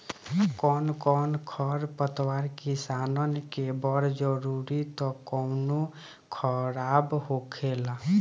कौनो कौनो खर पतवार किसानन के बड़ जरूरी त कौनो खराब होखेला